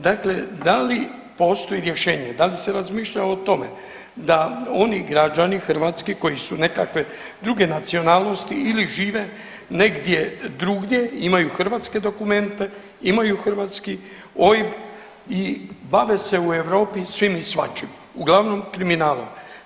Dakle, da li postoji rješenje, da li se razmišljalo o tome da oni građani Hrvatske koji su nekakve druge nacionalnosti ili žive negdje drugdje imaju hrvatske dokumente, imaju hrvatski OIB i bave se u Europi svim i svačim, uglavnom kriminalom.